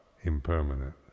impermanent